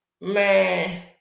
Man